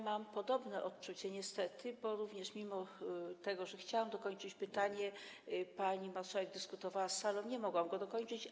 Mam podobne odczucia, niestety, bo mimo że chciałam dokończyć pytanie, pani marszałek dyskutowała z salą i nie mogłam go dokończyć.